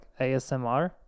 ASMR